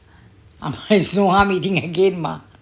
amma there's no harm eating again mah